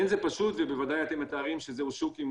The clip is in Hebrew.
אין זה פשוט ובוודאי אתם מתארים שזהו שוק עם